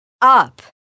Up